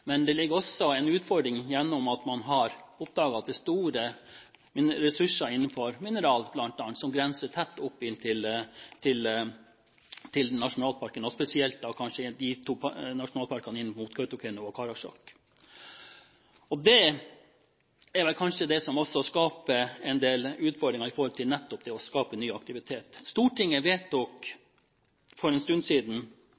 men det ligger også en utfordring i at man bl.a. har oppdaget at det er store mineralressurser som grenser tett opp til nasjonalparken, og spesielt da kanskje de to nasjonalparkene inn mot Kautokeino og Karasjok. Det er vel kanskje det som skaper en del utfordringer nettopp i forhold til det å skape ny aktivitet. Stortinget